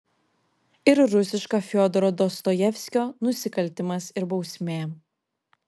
ir rusiška fiodoro dostojevskio nusikaltimas ir bausmė